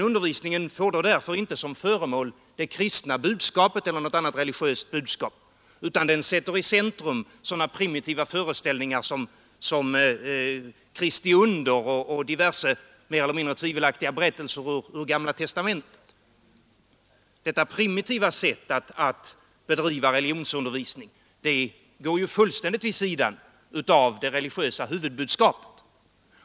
Undervisningen får därför inte som föremål det kristna budskapet eller något annat religiöst budskap, utan den sätter i centrum sådana primitiva föreställningar som Kristi under och diverse mer eller mindre tvivelaktiga berättelser ur Gamla testamentet. Detta primitiva sätt att bedriva religionsundervisning går ju fullständigt vid sidan av det religiösa huvudbudskapet.